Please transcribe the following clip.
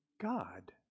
God